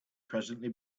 presently